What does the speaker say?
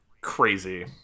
Crazy